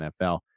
NFL